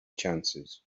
chances